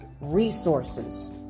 resources